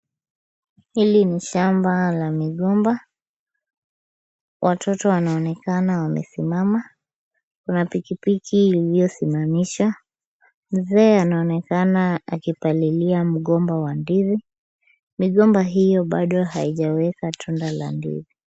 Hili ni shamba la migomba. Watoto wanaonekana wamesimama. Kuna pikipiki iliyosimamishwa. Mzee anaonekana akipalilia mgomba wa ndizi. Migomba hiyo bado haijaweka tunda la ndizi.